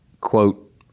quote